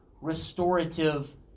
restorative